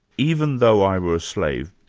even though i were a slave,